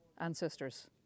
ancestors